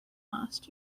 last